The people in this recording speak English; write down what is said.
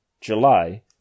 July